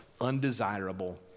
undesirable